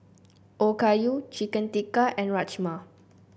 Okayu Chicken Tikka and Rajma